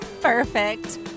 Perfect